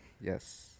yes